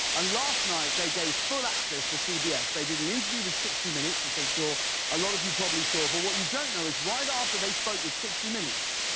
ah last night they gave full access to cbs. they did an interview with sixty minutes which i'm sure a lot of you probably saw. but what you don't know is right after they spoke with sixty minutes,